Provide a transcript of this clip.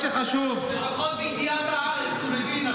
לפחות בידיעת הארץ הוא מבין,